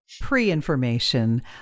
pre-information